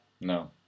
No